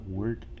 work